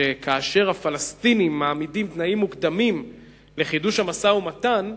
שכאשר הפלסטינים מעמידים תנאים מוקדמים לחידוש המשא-ומתן,